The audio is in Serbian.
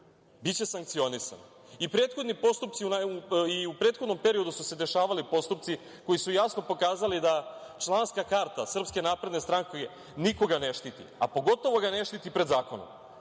biće sankcionisan. U prethodnom periodu su se dešavali postupci koji su jasno pokazali da članska karta SNS nikoga ne štiti, a pogotovo ga ne štiti pred zakonom.